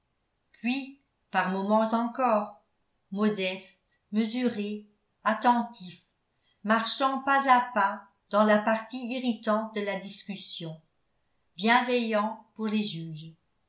puis par moments encore modeste mesuré attentif marchant pas à pas dans la partie irritante de la discussion bienveillant pour les juges